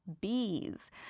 bees